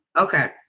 Okay